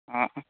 অঁ অঁ